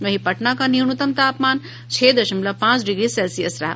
वहीं पटना का न्यूनतम तापमान छह दशमलव पांच डिग्री सेल्सियस रहा